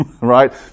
Right